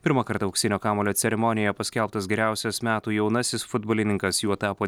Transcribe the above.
pirmąkart auksinio kamuolio ceremonijoje paskelbtas geriausias metų jaunasis futbolininkas juo tapo